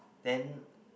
then